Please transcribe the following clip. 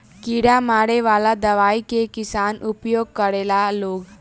कीड़ा मारे वाला दवाई के किसान उपयोग करेला लोग